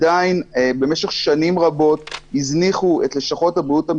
במשך שנים רבות הזניחו את לשכות הבריאות,